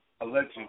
alleged